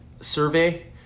survey